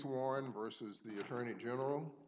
warren versus the attorney general